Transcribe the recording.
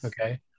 Okay